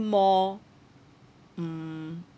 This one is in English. more mm